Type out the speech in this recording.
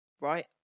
Right